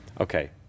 Okay